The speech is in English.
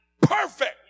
perfect